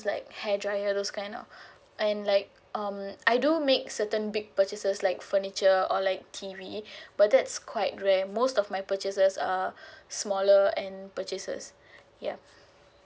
like hair dryer those kind of and like um I do make certain big purchases like furniture or like T_V but that's quite rare most of my purchasers um are smaller end purchases yeah